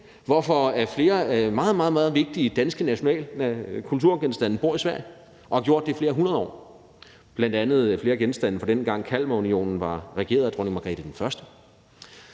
hvorfor flere meget, meget vigtige danske kulturgenstande bor i Sverige og har gjort det i flere hundrede år, bl.a. flere genstande fra dengang, hvor Kalmarunionen var regeret af dronning Margrete I. Men